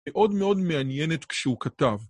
מאוד מאוד מעניינת כשהוא כתב.